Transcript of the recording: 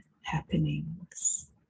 happenings